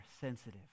sensitive